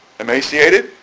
Emaciated